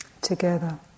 together